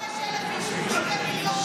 מיהם 45,000 איש מול שני מיליון?